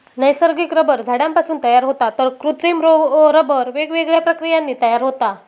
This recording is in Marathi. नैसर्गिक रबर झाडांपासून तयार होता तर कृत्रिम रबर वेगवेगळ्या प्रक्रियांनी तयार होता